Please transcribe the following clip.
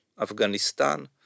Afghanistan